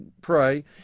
pray